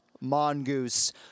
mongoose